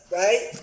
right